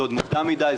זה עוד מוקדם מדיי,